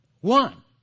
One